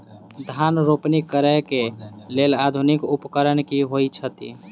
धान रोपनी करै कऽ लेल आधुनिक उपकरण की होइ छथि?